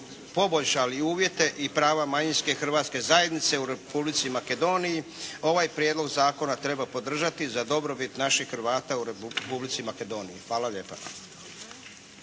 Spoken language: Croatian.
poboljšali uvjete i prava manjinske hrvatske zajednice u Republici Makedoniji. Ovaj prijedlog zakona treba podržati za dobrobit naših Hrvata u Republici Makedoniji. Hvala lijepa.